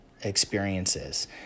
experiences